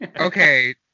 Okay